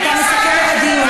אני מאשימה אתכם בשליחת אנשים